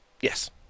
Yes